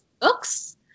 books